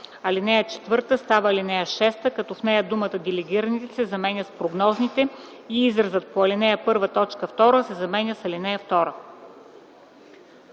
Алинея 4 става ал. 6, като в нея думата „делегираните” се заменя с „прогнозните” и изразът „по ал. 1, т. 2” се заменя с „ал. 2”.